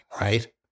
right